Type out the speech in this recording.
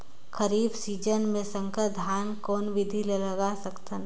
खरीफ season मे संकर धान कोन विधि ले लगा सकथन?